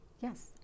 Yes